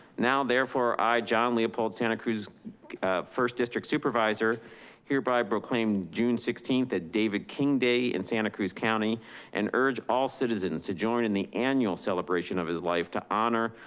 now, therefore i, john leopold, santa cruz first district supervisor hereby proclaim june sixteenth at david king day in santa cruz county and urge all citizens to join in the annual celebration of his life to honor,